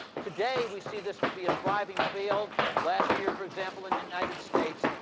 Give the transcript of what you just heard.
today, we see this to be a thriving field. last year, for example, in the united states,